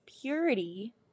purity